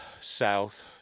south